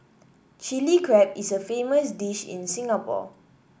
Chilli Crab is a famous dish in Singapore